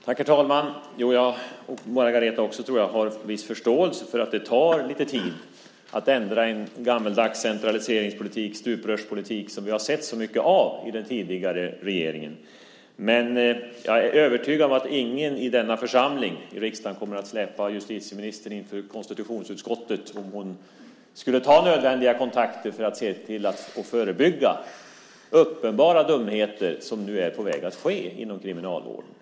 Herr talman! Jag, och Margareta också, tror jag, har viss förståelse för att det tar tid att ändra en gammaldags centraliseringspolitik - stuprörspolitik - som vi har sett så mycket av under den tidigare regeringen. Men jag är övertygad om att ingen här i riksdagen kommer att dra justitieministern inför konstitutionsutskottet om hon skulle ta de nödvändiga kontakterna för att förebygga de uppenbara dumheter som nu är på väg inom Kriminalvården.